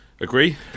Agree